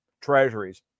treasuries